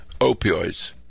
opioids